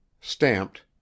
stamped